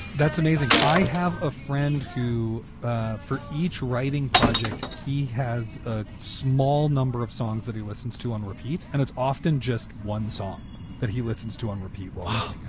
that's amazing. i have a friend who for each writing project, he has a small number of songs that he listens to on repeat and it's often just one song that he listens to on repeat wow.